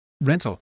rental